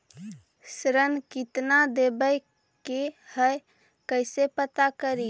ऋण कितना देवे के है कैसे पता करी?